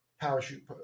parachute